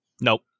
Nope